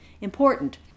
important